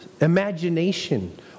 imagination